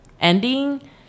ending